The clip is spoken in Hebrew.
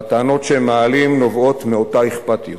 והטענות שהם מעלים נובעות מאותה אכפתיות.